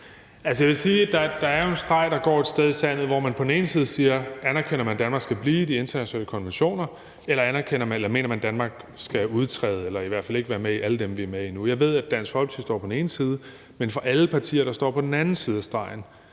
sted går en streg i sandet, hvor man siger: Anerkender man, at Danmark skal blive i de internationale konventioner, eller mener man, at Danmark skal udtræde af eller i hvert fald ikke være med i alle de konventioner, vi er med i nu? Jeg ved, at Dansk Folkeparti står på den ene side, men hvad angår alle partier, der står på den anden side af stregen,